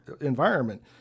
environment